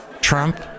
Trump